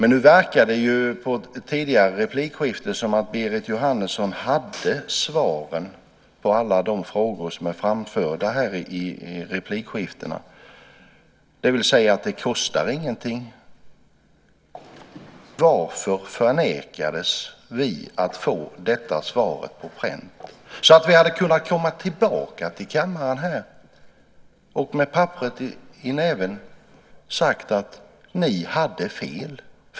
Nu verkar det på tidigare replikskiften som att Berit Jóhannesson hade svaren på alla de frågor som fördes fram, det vill säga att det kostar ingenting. Varför förnekades vi att få detta svar på pränt, så att vi hade kunnat komma tillbaka till kammaren med papperet i näven och säga att ni hade fel?